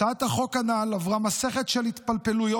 הצעת החוק הנ"ל עברה מסכת של התפלפלויות